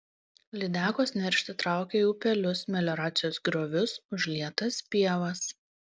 lydekos neršti traukia į upelius melioracijos griovius užlietas pievas